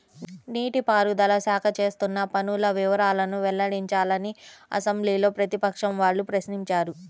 నీటి పారుదల శాఖ చేస్తున్న పనుల వివరాలను వెల్లడించాలని అసెంబ్లీలో ప్రతిపక్షం వాళ్ళు ప్రశ్నించారు